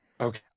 Okay